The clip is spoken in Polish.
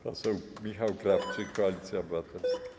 Poseł Michał Krawczyk, Koalicja Obywatelska.